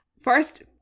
First